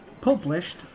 published